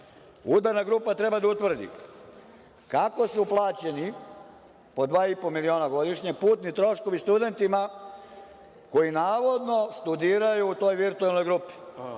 grupa treba utvrditi kako su plaćeni po dva i po miliona godišnje putni troškovi studentima koji navodno studiraju u toj virtuelnoj grupi.